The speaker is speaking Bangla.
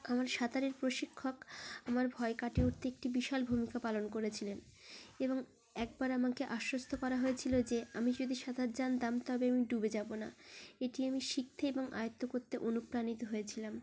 আমার সাঁতারের প্রশিক্ষক আমার ভয় কাটিয়ে উঠতে একটি বিশাল ভূমিকা পালন করেছিলেন এবং একবার আমাকে আশ্বস্ত করা হয়েছিল যে আমি যদি সাঁতার জানতাম তবে আমি ডুবে যাব না এটি আমি শিখতে এবং আয়ত্ত করতে অনুপ্রাণিত হয়েছিলাম